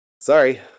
Sorry